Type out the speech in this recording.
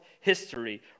history